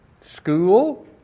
school